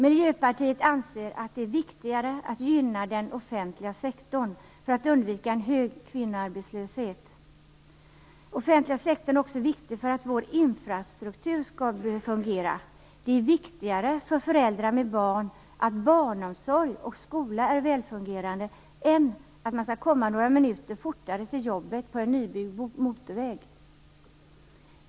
Miljöpartiet anser att det är viktigare att gynna den offentliga sektorn för att undvika en hög kvinnoarbetslöshet. Den offentliga sektorn är också viktig för att vår infrastruktur skall fungera. Det är viktigare för föräldrar att barnomsorg och skola är välfungerande än att de kan komma några minuter fortare till jobbet på en nybyggd motorväg.